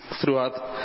throughout